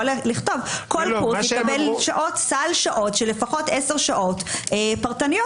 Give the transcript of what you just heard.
לכתוב כל קורס יקבל סל שעות של לפחות 10 שעות פרטניות.